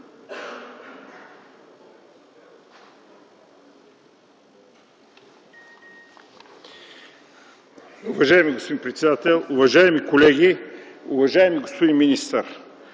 Уважаеми господин председател, уважаеми колеги, уважаеми господин министър!